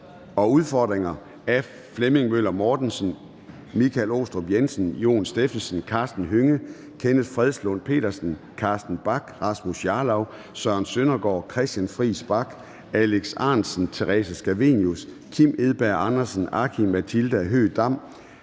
udfordringer. Af Flemming Møller Mortensen (S), Michael Aastrup Jensen (V), Jon Stephensen (M), Karsten Hønge (SF), Kenneth Fredslund Petersen (DD), Carsten Bach (LA), Rasmus Jarlov (KF), Søren Søndergaard (EL), Christian Friis Bach (RV), Alex Ahrendtsen (DF), Theresa Scavenius (ALT), Kim Edberg Andersen (NB), Aki-Matilda Høegh-Dam